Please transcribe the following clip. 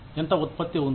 ఎంత ఉత్పత్తి ఉంది